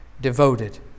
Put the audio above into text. Devoted